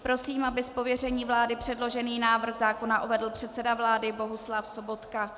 Prosím, aby z pověření vlády předložený návrh zákona uvedl předseda vlády Bohuslav Sobotka.